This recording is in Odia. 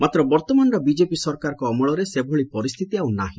ମାତ୍ର ବର୍ତ୍ତମାନର ବିଜେପି ସରକାରଙ୍କ ଅମଳରେ ସେଭଳି ପରିସ୍ଥିତି ଆଉ ନାହି